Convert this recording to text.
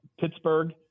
Pittsburgh